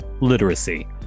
literacy